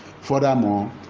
Furthermore